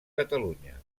catalunya